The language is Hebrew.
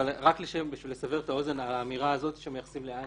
אבל רק בשביל לסבר את האוזן האמירה הזאת שמייחסים לאן